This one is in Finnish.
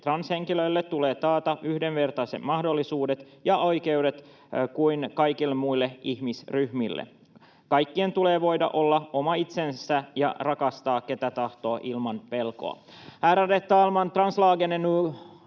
Transhenkilöille tulee taata yhdenvertaiset mahdollisuudet ja oikeudet kuten kaikille muille ihmisryhmille. Kaikkien tulee voida olla oma itsensä ja rakastaa ketä tahtoo ilman pelkoa.